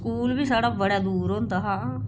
school बी साढ़ा बड़ा दूर होंदा हा